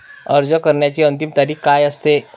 अर्ज करण्याची अंतिम तारीख काय असते?